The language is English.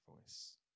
voice